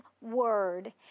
word